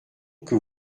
que